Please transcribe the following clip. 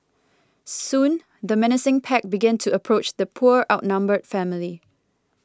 soon the menacing pack began to approach the poor outnumbered family